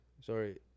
Sorry